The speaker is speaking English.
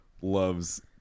loves